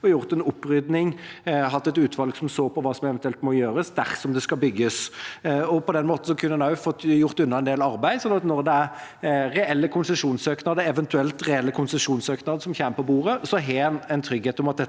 å gjøre en opprydning og ha et utvalg som så på hva som eventuelt må gjøres dersom det skal bygges. På den måten kunne en få gjort unna en del arbeid, sånn at når det eventuelt er reelle konsesjonssøknader som kommer på bordet, har en en trygghet for at dette